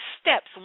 steps